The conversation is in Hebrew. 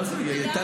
מה זה, היא הייתה